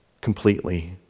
Completely